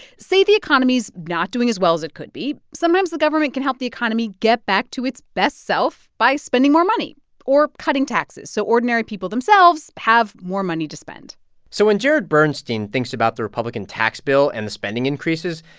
say the economy's not doing as well as it could be. sometimes the government can help the economy get back to its best self by spending more money or cutting taxes, so ordinary people themselves have more money to spend so when jared bernstein thinks about the republican tax bill and the spending increases,